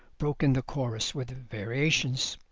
broke in the chorus, with variations.